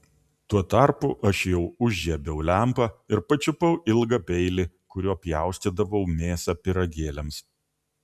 tuo tarpu aš jau užžiebiau lempą ir pačiupau ilgą peilį kuriuo pjaustydavau mėsą pyragėliams